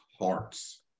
hearts